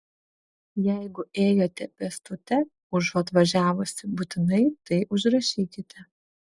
jeigu ėjote pėstute užuot važiavusi būtinai tai užrašykite